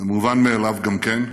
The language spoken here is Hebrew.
מובן מאליו, גם כן,